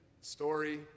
story